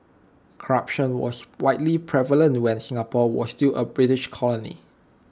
corruption was widely prevalent when Singapore was still A British colony